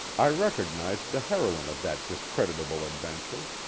i recognized the heroine of that discreditable adventure.